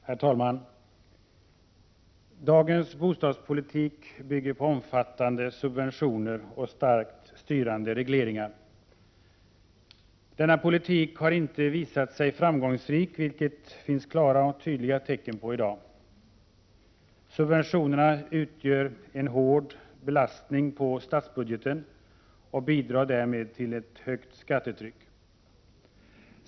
Herr talman! Dagens bostadspolitik bygger på omfattande subventioner och starkt styrande regleringar. Denna politik har inte visat sig framgångsrik, vilket det finns klara och tydliga tecken på i dag. Subventionerna utgör en hård belastning på statsbudgeten och bidrar därmed till ett högt skattetryck.